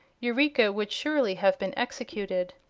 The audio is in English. eureka would surely have been executed.